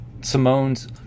Simone's